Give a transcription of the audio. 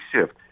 shift